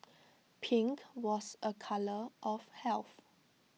pink was A colour of health